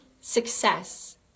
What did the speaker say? success